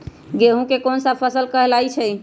गेहूँ कोन सा फसल कहलाई छई?